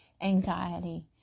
anxiety